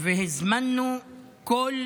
והזמנו כל שר,